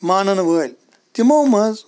مانان وٲلۍ تِمو منٛز